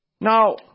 now